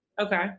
Okay